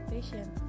Patient